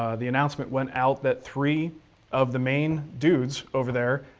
ah the announcement went out that three of the main dudes over there,